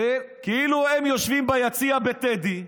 כאילו הם יושבים ביציע המזרחי בטדי,